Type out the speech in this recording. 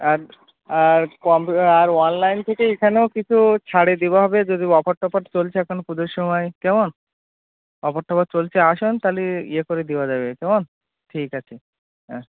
আর আর কম আর অনলাইন থেকেও এখানেও কিছু ছাড়ে দেওয়া হবে যদি অফার টফার চলছে এখন পুজোর সময় কেমন অফার টফার চলছে আসুন তাহলে ই ইয়ে করে দেওয়া যাবে কেমন ঠিক আছে হ্যাঁ